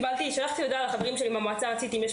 שלחתי הודעה לחברים שלי במועצה הארצית ושאלתי